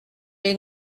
les